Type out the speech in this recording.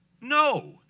No